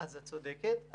את צודקת.